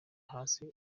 hasi